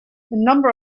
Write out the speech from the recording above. number